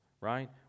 right